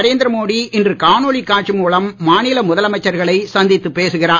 நரேந்திர மோடி இன்று காணொலி காட்சி மூலம் மாநில முதலமைச்சர்களை சந்தித்து பேசுகிறார்